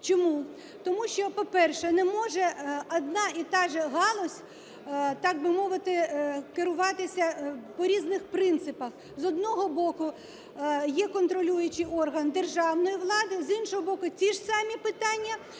Чому? Тому що, по-перше, не може одна і та ж галузь, так би мовити, керуватися по різних принципах: з одного боку, є контролюючий орган державної влади, з іншого боку, ті ж самі питання